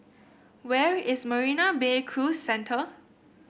where is Marina Bay Cruise Centre